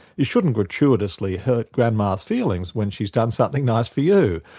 you shouldn't gratuitously hurt grandma's feelings when she's done something nice for you.